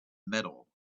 metal